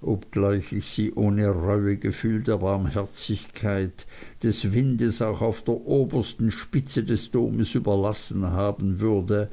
obgleich ich sie ohne reuegefühl der barmherzigkeit des windes auch auf der obersten spitze des doms überlassen haben würde